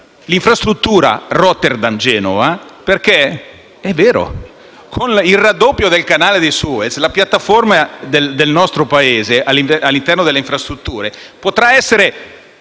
l'infrastruttura Rotterdam-Genova. Con il raddoppio del Canale di Suez, la piattaforma del nostro Paese nell'ambito delle infrastrutture potrà essere